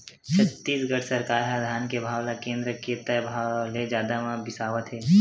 छत्तीसगढ़ सरकार ह धान के भाव ल केन्द्र के तय भाव ले जादा म बिसावत हे